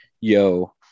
yo